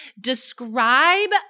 describe